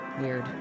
weird